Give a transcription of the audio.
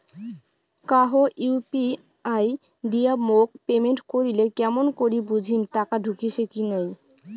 কাহো ইউ.পি.আই দিয়া মোক পেমেন্ট করিলে কেমন করি বুঝিম টাকা ঢুকিসে কি নাই?